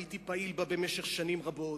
הייתי פעיל בה במשך שנים רבות.